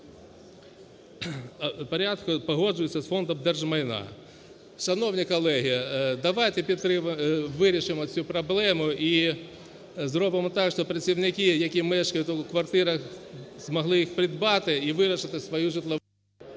погоджується з Фондом держмайна. Шановні колеги, давайте підтримаємо… вирішимо цю проблему і зробимо так, що працівники, які мешкають у квартирах, змогли їх придбати і вирішити свою житлову...